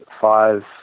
five